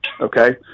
okay